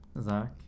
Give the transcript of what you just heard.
Zach